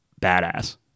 badass